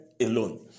alone